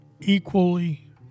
equally